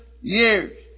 years